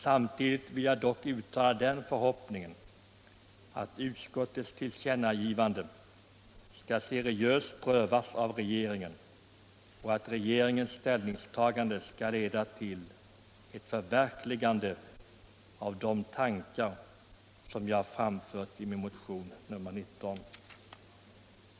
Samtidigt vill jag dock uttala den förhoppningen att utskottets tillkännagivande skall seriöst prövas av regeringen och att regeringens ställningstagande skall leda till ett förverkligande av de tankar som jag framfört i min motion nr 19.